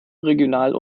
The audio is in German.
regional